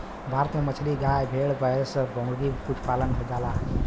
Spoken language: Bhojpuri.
भारत में मछली, गाय, भेड़, भैंस, मुर्गी कुल पालल जाला